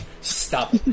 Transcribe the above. Stop